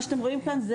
מה שאתם רואים כאן זה